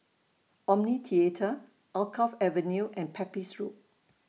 Omni Theatre Alkaff Avenue and Pepys Road